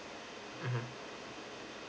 mmhmm